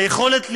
היכולת למשול,